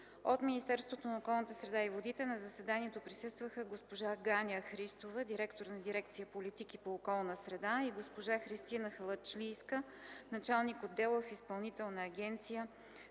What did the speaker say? От Министерството на околната среда и водите на заседанието присъстваха: госпожа Ганя Христова – директор на дирекция „Политики по околната среда”, и госпожа Христина Халачлийска – началник отдел в Изпълнителната агенция